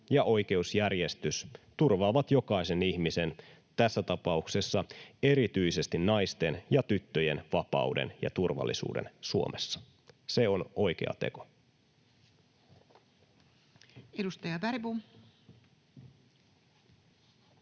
ja oikeusjärjestys turvaavat jokaisen ihmisen, tässä tapauksessa erityisesti naisten ja tyttöjen, vapauden ja turvallisuuden Suomessa. Se on oikea teko. [Speech